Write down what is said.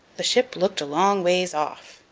the ship looked a long ways off.